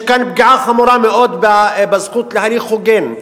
יש כאן פגיעה חמורה מאוד בזכות להליך הוגן,